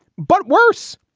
but worse,